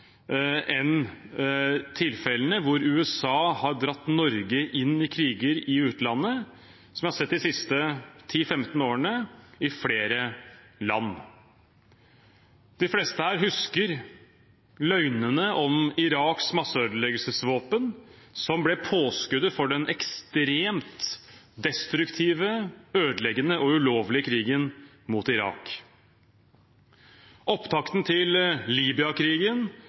tilfellene hvor USA har dratt Norge inn i kriger i utlandet, slik vi har sett de siste 10–15 årene, i flere land. De fleste her husker løgnene om Iraks masseødeleggelsesvåpen, som ble påskuddet for den ekstremt destruktive, ødeleggende og ulovlige krigen mot Irak. Opptakten til